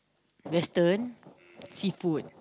Western seafood